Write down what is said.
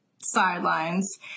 Sidelines